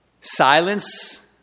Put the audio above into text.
silence